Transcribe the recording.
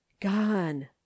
gone